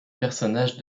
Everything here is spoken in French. personnage